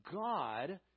God